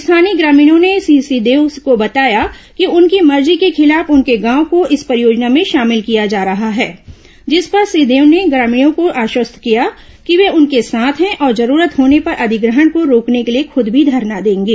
स्थानीय ग्रामीणों ने श्री सिंहदेव को बताया कि उनकी मर्जी के खिलाफ उनके गांव को इस परियोजना में शामिल किया जा रहा है जिस पर श्री सिंहदेव ने ग्रामीणों को आश्वस्त किया कि वे उनके साथ है और जरूरत होने पर अधिग्रहण को रोकने के लिए खूद भी धरना देंगे